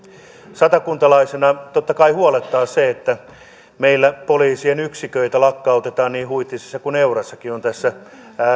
satakuntalaisena totta kai huolettaa se että meillä poliisien yksiköitä lakkautetaan niin huittisissa kuin eurassakin ne ovat tässä